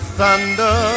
thunder